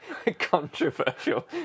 controversial